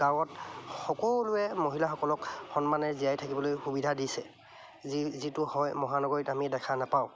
গাঁৱত সকলোৱে মহিলাসকলক সন্মানেৰে জীয়াই থাকিবলৈ সুবিধা দিছে যি যিটো হয় মহানগৰীত আমি দেখা নাপাওঁ